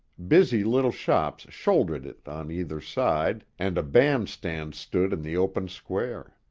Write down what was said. busy little shops shouldered it on either side, and a band-stand stood in the open square.